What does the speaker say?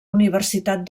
universitat